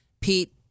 Pete